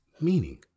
meaning